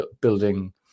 building